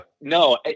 No